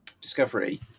discovery